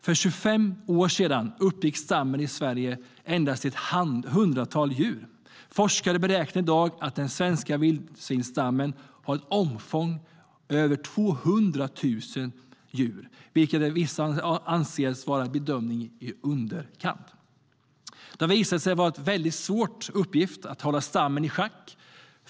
För 25 år sedan uppgick stammen i Sverige endast till ett hundratal djur. Forskare beräknar i dag att den svenska vildsvinsstammen har ett omfång om över 200 000 djur, vilket av vissa anses vara en bedömning i underkant. Det har visat sig vara en väldigt svår uppgift att hålla stammen i schack.